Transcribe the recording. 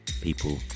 people